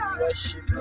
worship